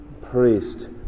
priest